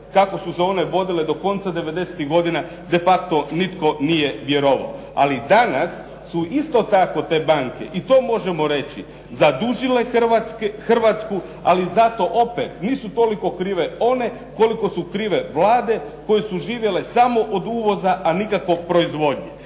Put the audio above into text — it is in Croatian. kako su se one vodile do konca devedesetih godina de facto nitko nije vjerovao. Ali danas su isto tako te banke, i to možemo reći, zadužile Hrvatsku ali zato opet nisu toliko krive one koliko su krive Vlade koje su živjele samo od uvoza a nikako proizvodnje.